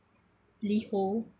Liho